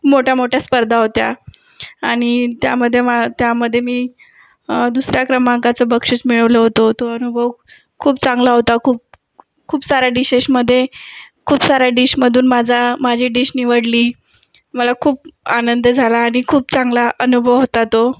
खूप मोठ्या मोठ्या स्पर्धा होत्या आणि त्यामध्ये मला त्यामध्ये मी दुसऱ्या क्रमांकाचं बक्षीस मिळवलं होतं तो अनुभव खूप चांगला होता खूप खूप साऱ्या डिशेसमध्ये खूप साऱ्या डिशमधून माझा माझी डिश निवडली मला खूप आनंद झाला आणि खूप चांगला अनुभव होता तो